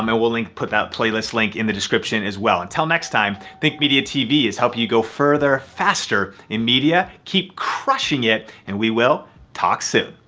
um we'll put that playlist link in the description as well. until next time, think media tv is hoping you go further, faster in media. keep crushing it and we will talk soon.